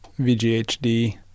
VGHD